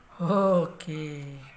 Okay